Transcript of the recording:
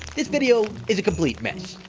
this video is a complete mess.